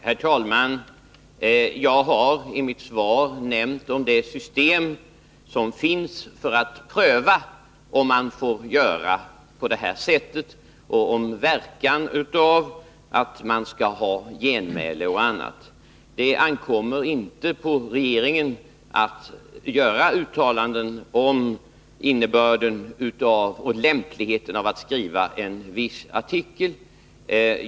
Herr talman! Jag har i mitt svar nämnt det system som finns för att pröva om man får göra på det här sättet och om verkan av att eventuellt införa rätt till genmäle och annat. Det ankommer inte på regeringen att göra uttalanden om innebörden i en viss artikel eller lämpligheten av att skriva den.